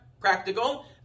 practical